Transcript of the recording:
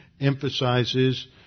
emphasizes